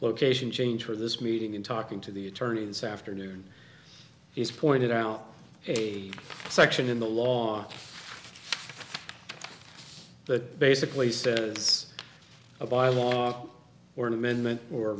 location change for this meeting and talking to the attorneys afternoon he's pointed out a section in the law that basically says a bylaw or an amendment or